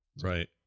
right